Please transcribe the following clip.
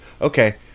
okay